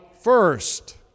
first